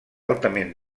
altament